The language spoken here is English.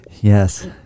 yes